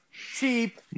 cheap